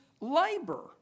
labor